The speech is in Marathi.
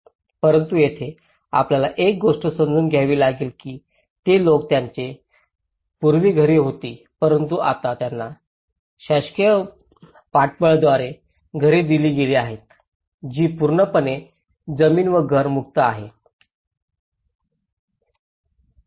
परंतु येथे आपल्याला एक गोष्ट समजून घ्यावी लागेल की ते लोक ज्यांची पूर्वी घरे होती परंतु आता त्यांना शासकीय पाठबळाद्वारे घरे दिली गेली आहेत जी पूर्णपणे जमीन व घर मुक्त आहे